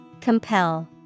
compel